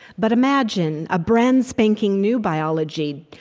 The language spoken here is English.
but imagine a brandspanking new biology.